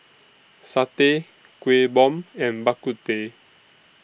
Satay Kuih Bom and Bak Kut Teh